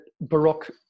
Baroque